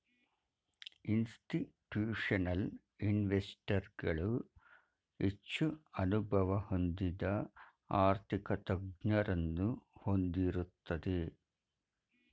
institutional investors ಗಳು ಹೆಚ್ಚು ಅನುಭವ ಹೊಂದಿದ ಆರ್ಥಿಕ ತಜ್ಞರನ್ನು ಹೊಂದಿರುತ್ತದೆ